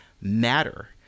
matter